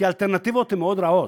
כי האלטרנטיבות הן מאוד רעות.